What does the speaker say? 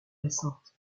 récentes